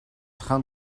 train